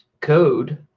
code